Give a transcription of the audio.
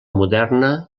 moderna